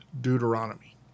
Deuteronomy